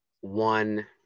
one